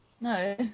No